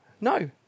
No